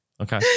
Okay